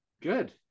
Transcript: Good